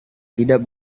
tidak